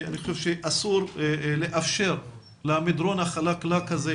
אני חושב שאסור לאפשר למדרון החלקלק הזה